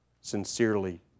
sincerely